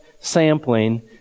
sampling